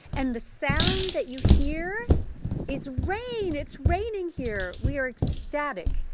and the sound that you hear is rain. it's raining here. we are ecstatic.